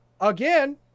again